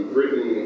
Britain